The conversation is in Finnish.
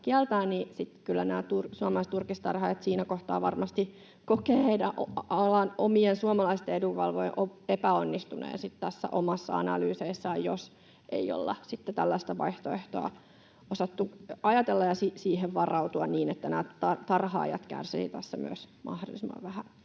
sitten kyllä suomalaiset turkistarhaajat siinä kohtaa varmasti kokevat alan omien suomalaisten edunvalvojien epäonnistuneen omissa analyyseissaan, jos ei olla tällaista vaihtoehtoa osattu ajatella ja siihen varautua niin, että myös nämä tarhaajat kärsivät tässä mahdollisimman vähän.